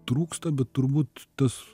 trūksta bet turbūt tas